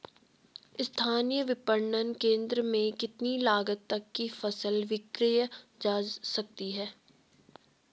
स्थानीय विपणन केंद्र में कितनी लागत तक कि फसल विक्रय जा सकती है?